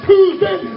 Tuesday